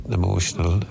emotional